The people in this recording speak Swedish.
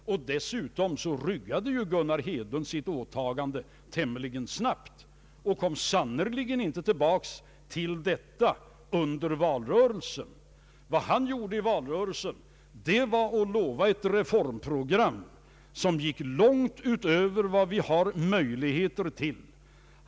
Dessutom ryggade ju Gunnar Hedlund sitt åtagande tämligen snabbt och kom sannerligen inte tillbaka till detta under valrörelsen. Vad han gjorde i valrörelsen var att lova ett reformprogram som gick långt utöver det vi hade möjligheter till.